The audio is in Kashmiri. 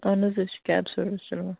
اَہَن حظ أسۍ چھِ کیب سٔروِس چلابن